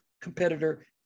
competitor